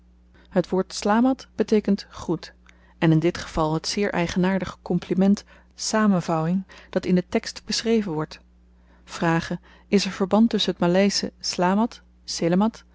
het woord slamat beteekent groet en in dit geval het zeer eigenaardig kompliment samenvouwing dat in den tekst beschreven wordt vrage is er verband tusschen t maleische slamat